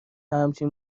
همچین